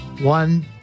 One